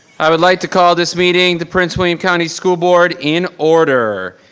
i would like to call this meeting, the prince william county school board in order.